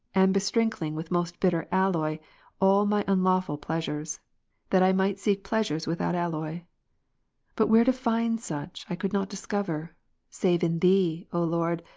and besprinkling with mostbitter alloy all my unlawful pleasures that i might seek pleasures without alloy but where to find such, i could not discover save in thee, o lord,